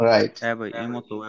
Right